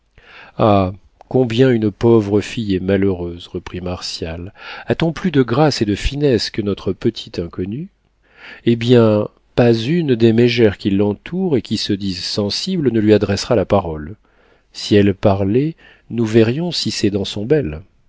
ah combien une pauvre fille est malheureuse reprit martial a-t-on plus de grâce et de finesse que notre petite inconnue eh bien pas une des mégères qui l'entourent et qui se disent sensibles ne lui adressera la parole si elle parlait nous verrions si ses dents sont